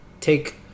take